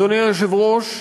אדוני היושב-ראש,